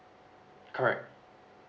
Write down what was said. correct